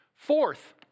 Fourth